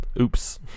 Oops